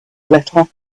little